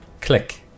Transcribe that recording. Click